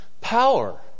power